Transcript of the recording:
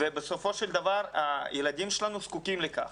בסופו של דבר הילדים שלנו זקוקים לכך.